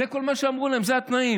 זה כל מה שאמרו להם, אלה התנאים.